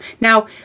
Now